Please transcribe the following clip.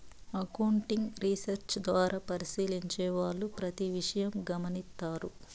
accounting research ద్వారా పరిశీలించే వాళ్ళు ప్రతి విషయం గమనిత్తారు